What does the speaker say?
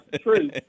true